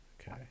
Okay